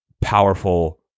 powerful